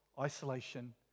isolation